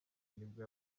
nibwo